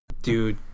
Dude